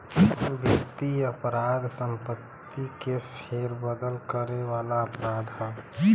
वित्तीय अपराध संपत्ति में फेरबदल करे वाला अपराध हौ